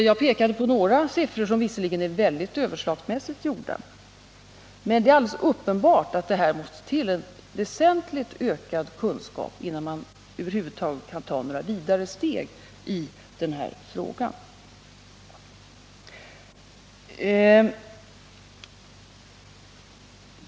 Jag pekade på några siffror, som visserligen är mycket överslagsmässigt framräknade, men det är alldeles uppenbart att det behövs väsentligt ökad kunskap, innan man över huvud taget kan ta några vidare steg i denna fråga.